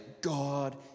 God